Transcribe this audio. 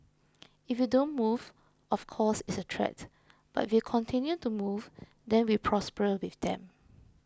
if you don't move of course it's a threat but if you continue to move then we prosper with them